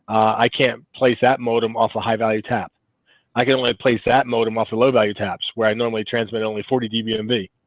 i can't place that modem off a high value tap i can only place that modem off for low value taps where i normally transmitted only forty db and mb,